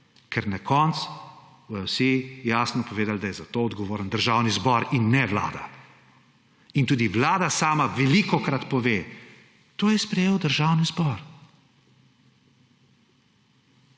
Ker na koncu bodo vsi jasno povedali, da je za to odgovoren Državni zbor in ne Vlada. In tudi Vlada sama velikokrat pove, to je sprejel Državni zbor.